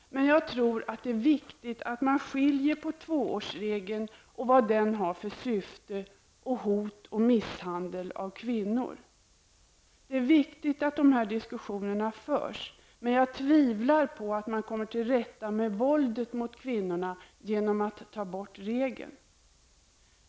Jag tror att det är viktigt att man skiljer på tvåårsregeln och vad den har för syfte och hot om misshandel mot kvinnor. Det är viktigt att de här diskussionerna förs, men jag tror inte att man kommer till rätta med våldet mot kvinnor genom att ta bort regeln.